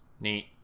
neat